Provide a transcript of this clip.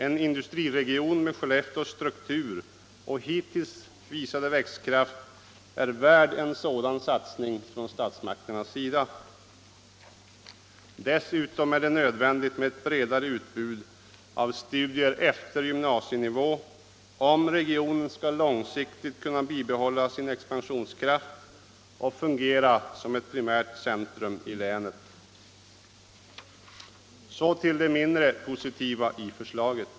En industriregion med Skellefteås struktur och hittills visade växtkraft är värd en sådan satsning från statsmakternas sida. Dessutom är det nödvändigt med ett bredare utbud av studier efter gymnasienivå, om regionen långsiktigt skall kunna behålla sin expansionskraft och fungera som ett primärt centrum i länet. Så till det mindre positiva i förslaget.